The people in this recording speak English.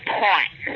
point